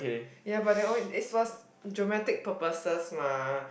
ya but that one is for dramatic purposes mah